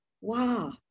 wow